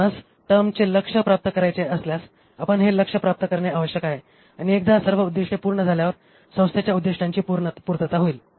आपणास टर्मचे लक्ष्य प्राप्त करायचे असल्यास आपण हे लक्ष्य प्राप्त करणे आवश्यक आहेआणि एकदा सर्व उद्दिष्टे पूर्ण झाल्यावर संस्थेच्या उद्दिष्टांची पूर्तता होईल